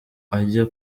ajya